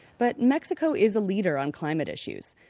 but mexico is a leader on climate issues.